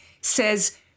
says